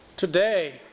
Today